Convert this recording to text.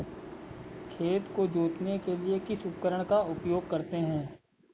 खेत को जोतने के लिए किस उपकरण का उपयोग करते हैं?